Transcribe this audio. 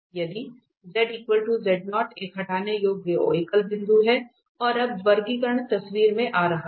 यदि एक हटाने योग्य एकल बिंदु है और अब वर्गीकरण तस्वीर में आ रहा है